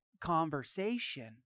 conversation